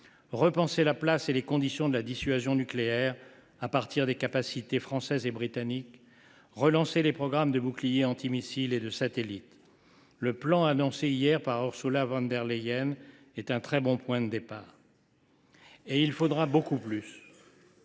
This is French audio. repenser la place et les conditions de la dissuasion nucléaire à partir des capacités française et britannique, et relancer les projets de bouclier antimissile et de satellite européens. Le plan annoncé hier par Ursula von der Leyen est un très bon point de départ. Et il faudra beaucoup plus.